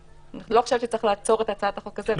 ואני לא חושבת שצריך לעצור את הצעת החוק הזאת בשבילם.